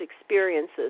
experiences